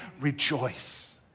rejoice